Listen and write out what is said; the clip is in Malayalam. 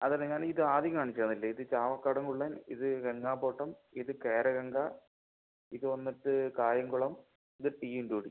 അത് അല്ല ഞാൻ ഇത് ആദ്യം കാണിച്ച് തന്നില്ലേ ഇത് ചാവക്കാട് കുള്ളൻ ഇത് ഗംഗാ ബോട്ടം ഇത് കേരഗംഗ ഇത് വന്നിട്ട് കായംകുളം ഇത് ടി ഇൻടു ഡി